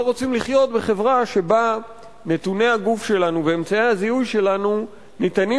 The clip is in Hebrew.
רוצים לחיות בחברה שבה נתוני הגוף שלנו ואמצעי הזיהוי שלנו ניתנים